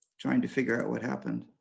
trying to figure out what happened